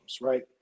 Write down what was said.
right